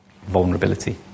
Vulnerability